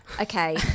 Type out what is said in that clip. Okay